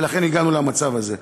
ולכן הגענו למצב הזה.